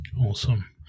Awesome